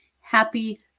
happy